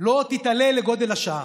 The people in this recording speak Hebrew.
לא תתעלה לגודל השעה,